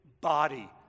body